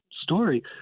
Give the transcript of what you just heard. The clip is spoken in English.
story